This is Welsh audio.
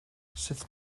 sut